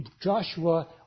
Joshua